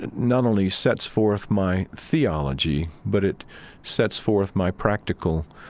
and not only sets forth my theology, but it sets forth my practical,